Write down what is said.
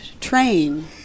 train